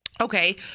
Okay